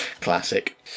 Classic